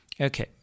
Okay